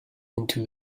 into